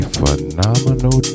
phenomenal